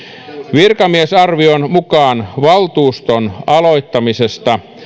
virkamiesarvion mukaan valtuuston aloittamisesta